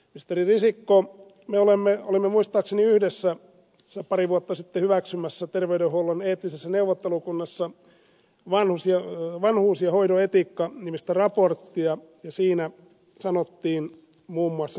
ministeri risikko me olimme muistaakseni yhdessä pari vuotta sitten hyväksymässä terveydenhuollon eettisessä neuvottelukunnassa vanhuus ja hoidon etiikka nimistä raporttia ja siinä sanottiin muun muassa seuraavaa